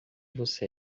você